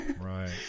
Right